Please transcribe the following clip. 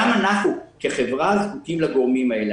גם אנחנו כחברה זקוקים לגורמים האלה.